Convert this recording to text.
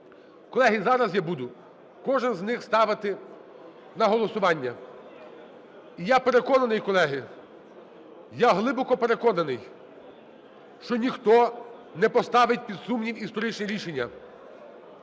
Колеги, зараз я буду кожен з них ставити на голосування. І я переконаний, колеги, я глибоко переконаний, що ніхто не поставить під сумнів історичне рішення.